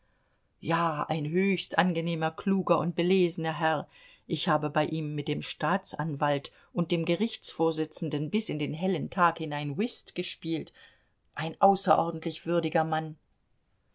ja ein höchst angenehmer kluger und belesener herr ich habe bei ihm mit dem staatsanwalt und dem gerichtsvorsitzenden bis in den hellen tag hinein whist gespielt ein außerordentlich würdiger mann